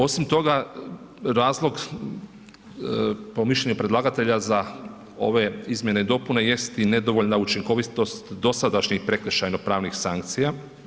Osim toga razlog, po mišljenju predlagatelja za ove izmjene i dopune jest i nedovoljna učinkovitost dosadašnjih prekršajno pravnih sankcija.